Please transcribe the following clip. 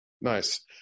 Nice